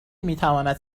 میتواند